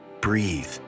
Breathe